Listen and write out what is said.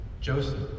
Joseph